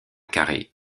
carré